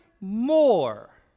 more